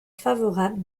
favorable